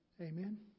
Amen